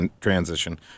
transition